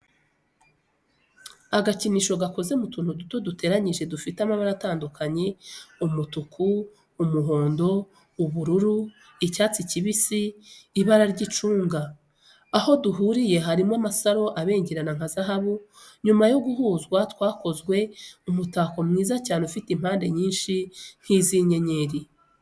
Agakinisho gakoze mu tuntu duto duteranyije dufite amabara atandukanye umutuku, umuhondo, ubururu, icyatsi kibisi, ibarara ry'icunga. Aho duhuriye harimo amasaro abengerana nka zahabu, nyuma yo guhuzwa twakoze umutako mwiza cyane ufite impande nyinshi nk'izi' inyenyeri.